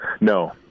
no